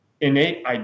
innate